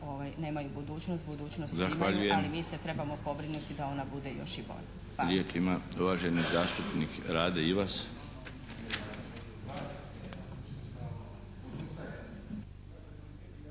nemaju budućnost. Budućnosti imaju ali mi se trebamo pobrinuti da ona bude još i bolja.